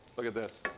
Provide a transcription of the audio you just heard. look at this,